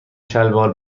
شلوار